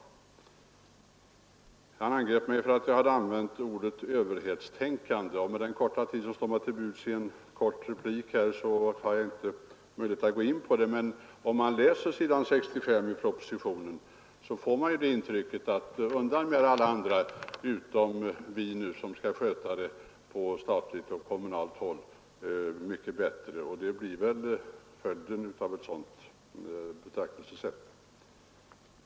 Herr Karlsson angrep mig för att jag hade använt ordet överhetstänkande. Med den korta tid som står mig till buds i en replik har jag inte möjlighet att gå närmare in på det, men om man läser s. 65 i propositionen får man intrycket att här gäller principen ”Undan med er, alla andra! Nu skall vi sköta det här mycket bättre på statligt och kommunalt håll! ” Det blir väl följden av ett sådant betraktelsesätt.